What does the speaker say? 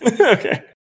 Okay